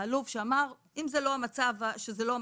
האלוף שאמר שזה לא המצב הרצוי.